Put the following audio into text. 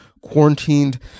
quarantined